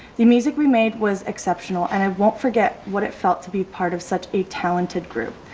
the music we made was exceptional and i won't forget what it felt to be part of such a talented group.